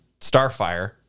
Starfire